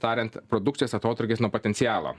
tariant produkcijos atotrūkis nuo potencialo